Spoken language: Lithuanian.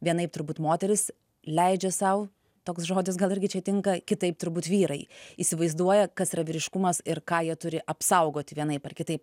vienaip turbūt moterys leidžia sau toks žodis gal irgi čia tinka kitaip turbūt vyrai įsivaizduoja kas yra vyriškumas ir ką jie turi apsaugoti vienaip ar kitaip